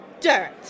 dirt